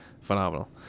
phenomenal